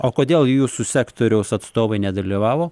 o kodėl jūsų sektoriaus atstovai nedalyvavo